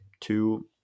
two